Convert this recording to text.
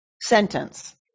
sentence